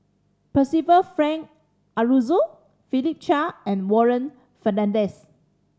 Percival Frank Aroozoo Philip Chia and Warren Fernandez